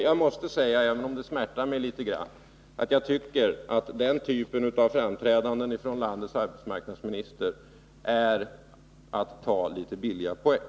Jag måste säga, även om det smärtar mig något, att jag tycker att den typ av framträdande som landets arbetsmarknadsminister här visat prov på innebär att ta litet billiga poäng.